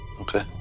Okay